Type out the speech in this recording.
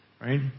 Right